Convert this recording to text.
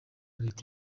leta